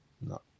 no